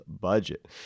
budget